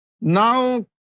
Now